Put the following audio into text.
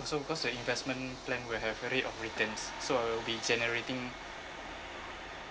also because the investment plan will have rate of returns so I will be generating